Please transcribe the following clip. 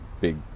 Big